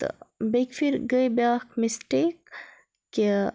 تہٕ بیٚیکہِ پھِرۍ گٔے بیٛاکھ مِسٹیک کہِ